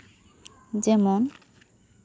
ᱡᱮᱢᱚᱱ